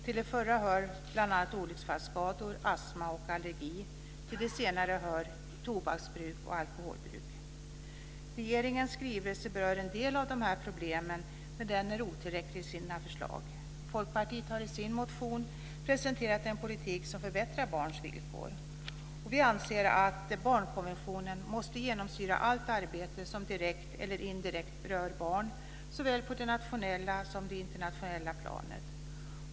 Till de förra hör bl.a. olycksfallsskador, astma och allergi, till de senare tobaksbruk och alkoholbruk. Regeringens skrivelse berör en del av de här problemen, men den är otillräcklig i sina förslag. Folkpartiet har i sin motion presenterat en politik som förbättrar barns villkor. Vi anser att barnkonventionen måste genomsyra allt arbete som direkt eller indirekt rör barn, såväl på det nationella som på det internationella planet.